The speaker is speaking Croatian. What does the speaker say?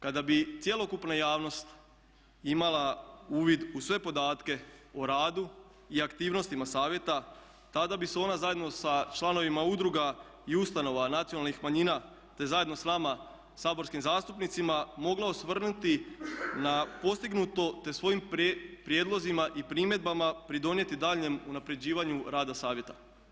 Kada bi cjelokupna javnost imala uvid u sve podatke o radu i aktivnostima Savjeta tada bi se ona zajedno sa članovima udruga i ustanova nacionalnih manjina, te zajedno sa nama saborskim zastupnicima mogla osvrnuti na postignuto, te svojim prijedlozima i primjedbama pridonijeti daljnjem unapređivanju rada Savjeta.